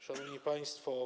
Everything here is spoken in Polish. Szanowni Państwo!